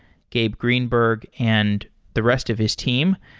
gabe greenberg, and the rest of his team.